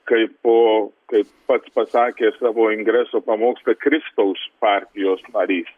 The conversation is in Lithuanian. kaip kaip pats pasakė savo ingreso pamoksle kristaus partijos narys